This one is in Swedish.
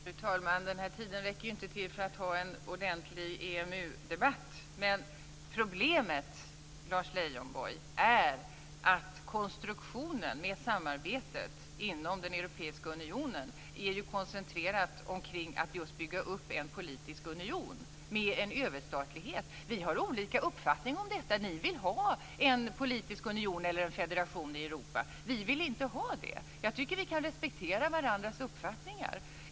Fru talman! Den här tiden räcker inte till att ha en ordentlig EMU-debatt. Problemet, Lars Leijonborg, är att konstruktionen med samarbetet inom den europeiska unionen är koncentrerad kring att just bygga upp en politisk union med en överstatlighet. Vi har olika uppfattning om detta. Ni vill ha en politisk union eller en federation i Europa. Vi vill inte ha det. Jag tycker att vi kan respektera varandras uppfattningar.